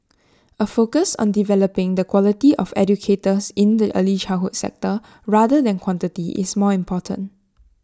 A focus on developing the quality of educators in the early childhood sector rather than quantity is more important